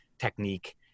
technique